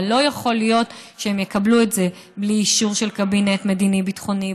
אבל לא יכול להיות שהם יקבלו את זה בלי אישור של קבינט מדיני ביטחוני,